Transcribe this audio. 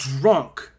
drunk –